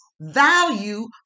value